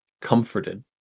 comforted